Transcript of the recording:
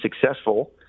successful